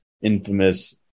infamous